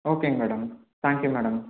ஓகேங்க madam thank you madam